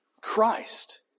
Christ